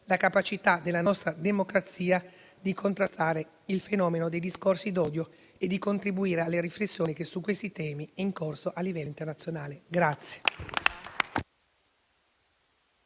la capacità della nostra democrazia di contrastare il fenomeno dei discorsi d'odio e di contribuire alle riflessioni che, su questi temi, sono in corso a livello internazionale.